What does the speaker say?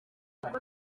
avuga